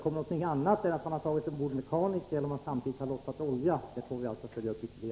Om fartyget bara har tagit ombord en mekaniker eller om det samtidigt har lossat olja får vi undersöka ytterligare.